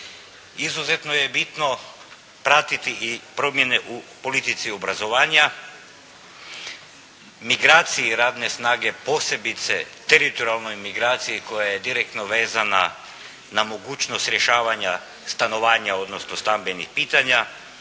izuzetno je bitno pratiti i promjene u politici obrazovanja, migracije radne snage posebice teritorijalnoj migraciji koja je direktno vezana na mogućnost rješavanja stanovanja, odnosno stambenih pitanja,